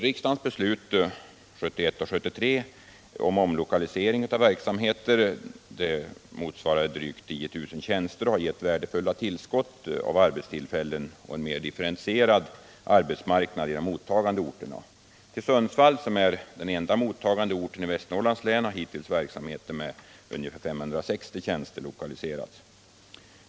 Riksdagens beslut 1971 och 1973 om omlokalisering av verksamheter motsvarar drygt 10 000 tjänster och har givit värdefulla tillskott av arbetstillfällen och en mer differentierad arbetsmarknad i de mottagande orterna. Till Sundsvall, som är den enda mottagande orten i Västernorrlands län, har hittills verksamheter med ungefär 560 tjänster lokaliserats.